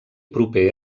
proper